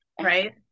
Right